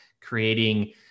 creating